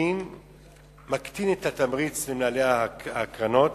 מקטין את התמריץ למנהלי הקרנות